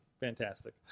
fantastic